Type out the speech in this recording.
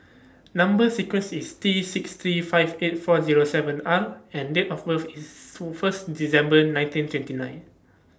Number sequence IS T six three five eight four Zero seven R and Date of birth IS two First December nineteen twenty nine